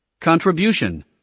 CONTRIBUTION